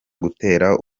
gutera